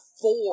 four